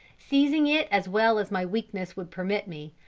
seizing it as well as my weakness would permit me,